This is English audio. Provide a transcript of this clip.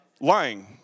lying